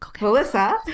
melissa